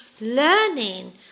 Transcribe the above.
learning